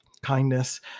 kindness